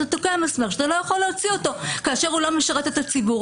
אתה תוקע מסמר שאתה לא יכול להוציא כאשר הוא לא משרת את הציבור.